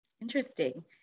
Interesting